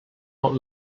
not